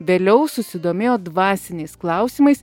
vėliau susidomėjo dvasiniais klausimais